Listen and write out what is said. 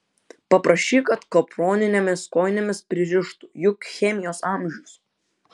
paprašyk kad kaproninėmis kojinėmis pririštų juk chemijos amžius